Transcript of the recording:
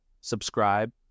subscribe